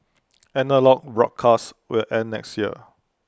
analogue broadcasts will end next year